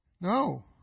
No